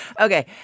Okay